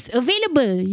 available